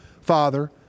father